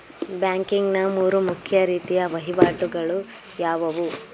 Banking ನ ಮೂರು ಮುಖ್ಯ ರೀತಿಯ ವಹಿವಾಟುಗಳು ಯಾವುವು?